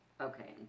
Okay